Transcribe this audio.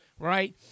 Right